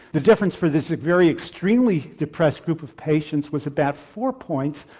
the difference for this very extremely depressed group of patients was about four points.